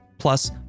plus